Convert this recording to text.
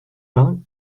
vingt